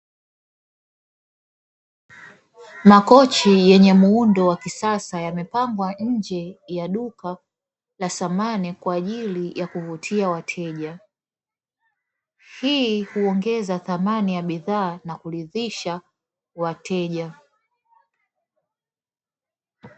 Makochi yenye muundo wa kisasa yamepangwa nje ya duka la samani kwa ajilib ya kuvutia wateja. Hii huongeza thamani ya bidhaa na kuridhisha wateja.